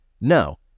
no